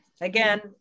Again